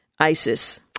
ISIS